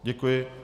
Děkuji.